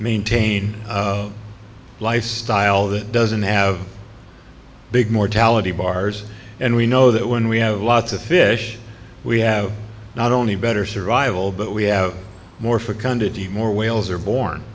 maintain a lifestyle that doesn't have big mortality bars and we know that when we have lots of fish we have not only better survival but we have more fecundity more whales are born